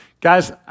Guys